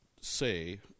say